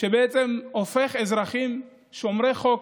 שבעצם הופך אזרחים שומרי חוק,